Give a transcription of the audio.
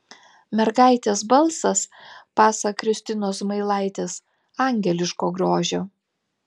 mergaitės balsas pasak kristinos zmailaitės angeliško grožio